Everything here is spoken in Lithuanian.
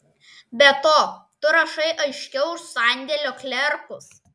be to tu rašai aiškiau už sandėlio klerkus